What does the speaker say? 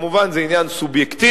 מובן שזה עניין סובייקטיבי,